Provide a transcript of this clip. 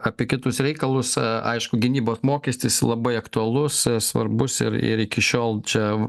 apie kitus reikalus aišku gynybos mokestis labai aktualus svarbus ir ir iki šiol čia